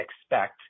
expect